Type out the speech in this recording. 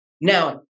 Now